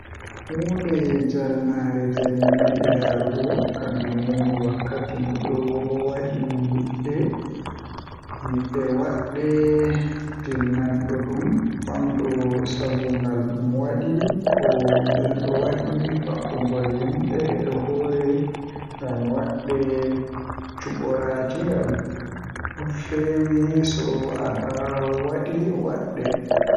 Hunde jalnaare jei mi meedi laarugo kanjum woni wakkati Mi ɗo waɗi yiɗde waɗde diiwanɗo ɗum famɗo sabu ngal ɗum waɗi ko miɗo waɗi faabugol yimɓe e hoore ngam waɗde cuɓoraaji ngal. Ko feewi so aɗa waɗi waɗde.